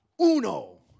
Uno